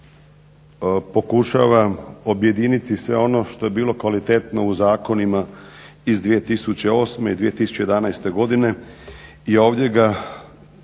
Hvala vam